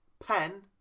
pen